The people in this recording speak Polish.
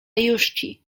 jużci